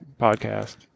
podcast